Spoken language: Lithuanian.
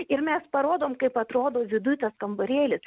ir mes parodom kaip atrodo viduj tas kambarėlis